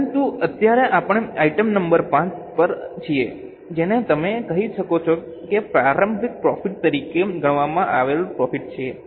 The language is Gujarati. પરંતુ અત્યારે આપણે આઇટમ નંબર V પર છીએ જેને તમે કહી શકો કે પ્રારંભિક પ્રોફિટ તરીકે ગણવામાં આવેલ પ્રોફિટ છે